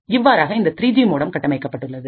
இவ்வாறாக இந்த 3ஜி மோடம் கட்டமைக்கப்பட்டுள்ளது